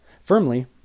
Firmly